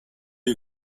you